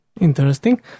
Interesting